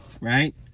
right